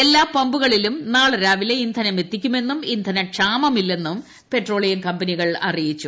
എല്ലാ പമ്പുകളിലും നാളെ രാവിലെ ഇന്ധനമെത്തിക്കുമെന്നും ഇന്ധനക്ഷാമമില്ലെന്നും പ്പെട്രോളിയം കമ്പനികൾ അറിയിച്ചു